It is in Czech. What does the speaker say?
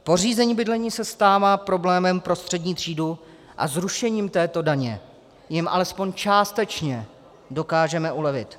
Pořízení bydlení se stává problémem pro střední třídu a zrušením této daně jim alespoň částečně dokážeme ulevit.